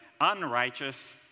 unrighteous